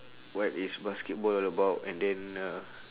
what is basketball about and then uh